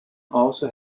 also